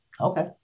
Okay